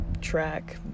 track